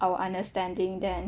our understanding than